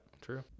true